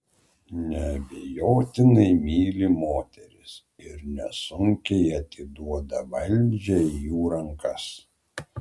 neabejotinai myli moteris ir nesunkiai atiduoda valdžią į jų rankas